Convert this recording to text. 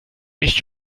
ich